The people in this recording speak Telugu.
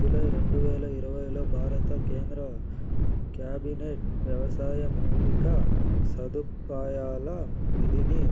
జూలై రెండువేల ఇరవైలో భారత కేంద్ర క్యాబినెట్ వ్యవసాయ మౌలిక సదుపాయాల నిధిని